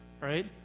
right